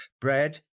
bread